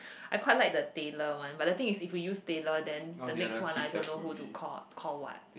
I quite like the Taylor one but the thing is if we use Taylor then the next one I don't know who to call call what